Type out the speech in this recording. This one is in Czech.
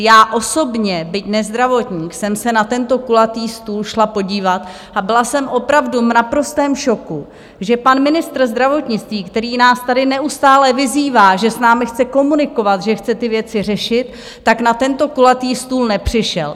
Já osobně, byť nezdravotník, jsem se na tento kulatý stůl šla podívat a byla jsem opravdu v naprostém šoku, že pan ministr zdravotnictví, který nás tady neustále vyzývá, že s námi chce komunikovat, že chce ty věci řešit, na tento kulatý stůl nepřišel.